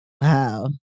Wow